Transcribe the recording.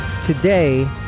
Today